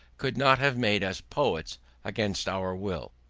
could not have made us poets against our will.